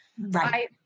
Right